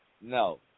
No